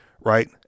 right